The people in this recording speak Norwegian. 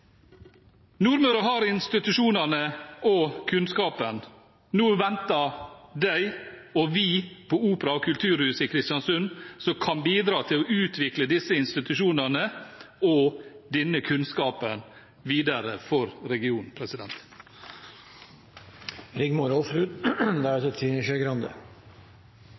Nordmøre har institusjonene og kunnskapen. Nå venter de og vi på et opera- og kulturhus i Kristiansund som kan bidra til å utvikle disse institusjonene og denne kunnskapen videre for regionen.